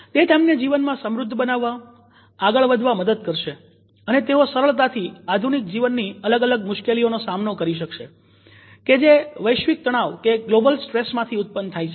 તે તેમને જીવનમાં સમૃદ્ધ બનવા અને આગળ વધવામાં મદદ કરશે અને તેઓ સરળતાથી આધુનિક જીવનની અલગ અલગ મુશ્કેલીઓનો સામનો કરી શકશે કે જે વૈશ્વિક તણાવ માંથી ઉત્પન્ન થાય છે